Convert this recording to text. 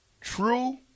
True